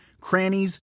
crannies